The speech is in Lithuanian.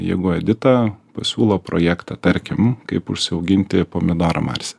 jeigu edita pasiūlo projektą tarkim kaip užsiauginti pomidorą marse